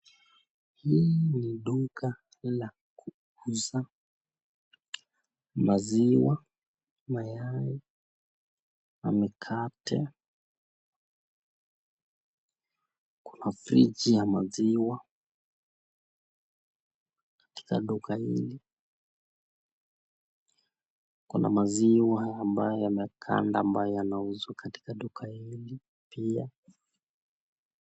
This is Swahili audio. Hili ni duka la kuuza maziwa, mayai na mikate . Kuna friji ya maziwa katika duka hili. Kuna maziwa ambayo yameganda ambayo yanayouzwa katika duka hili pia.